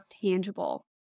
tangible